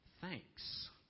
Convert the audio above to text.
Thanks